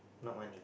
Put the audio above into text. not money